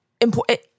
important